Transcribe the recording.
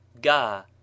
ga